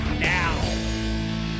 now